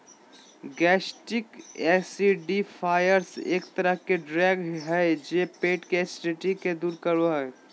gastric acidifiers एक तरह के ड्रग हय जे पेट के एसिडिटी के दूर करो हय